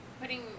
putting